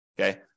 Okay